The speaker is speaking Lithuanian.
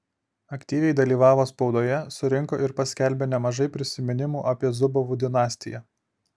aktyviai dalyvavo spaudoje surinko ir paskelbė nemažai prisiminimų apie zubovų dinastiją